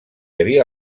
havia